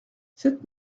sept